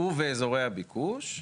ובאזורי הביקוש,